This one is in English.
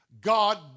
God